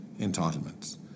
entitlements